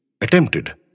attempted